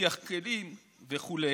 מדיח כלים וכו'